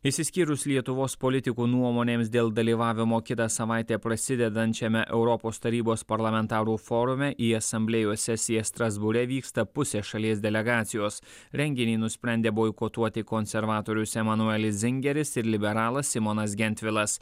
išsiskyrus lietuvos politikų nuomonėms dėl dalyvavimo kitą savaitę prasidedančiame europos tarybos parlamentarų forume į asamblėjos sesiją strasbūre vyksta pusė šalies delegacijos renginį nusprendė boikotuoti konservatorius emanuelis zingeris ir liberalas simonas gentvilas